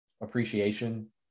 Appreciation